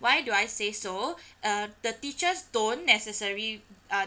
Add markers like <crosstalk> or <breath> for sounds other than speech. why do I say so <breath> uh the teachers don't necessary uh